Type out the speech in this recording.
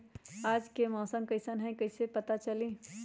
आज के मौसम कईसन हैं कईसे पता चली?